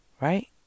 Right